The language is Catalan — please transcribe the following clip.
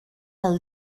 del